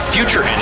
future